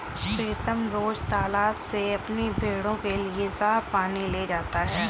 प्रीतम रोज तालाब से अपनी भेड़ों के लिए साफ पानी ले जाता है